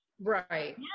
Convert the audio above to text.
Right